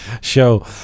show